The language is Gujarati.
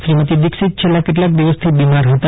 શ્રીમતી દિક્ષિત છેલ્લા કેટલાક દિવસથી બીમાર હતા